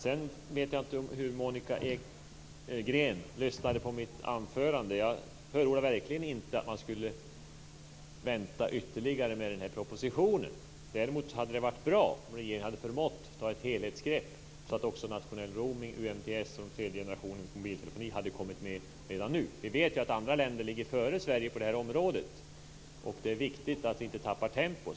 Jag vet inte hur noga Monica Green lyssnade på mitt anförande. Jag förordade verkligen inte att man skulle vänta ytterligare med den här propositionen. Däremot hade det varit bra om regeringen hade förmått att ta ett helhetsgrepp, så att också nationell roaming och UMTS, den tredje generationens mobiltelefoni, hade kommit med redan nu. Vi vet ju att andra länder ligger före Sverige på detta område. Och det är viktigt att vi inte tappar tempo.